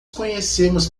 conhecemos